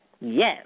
Yes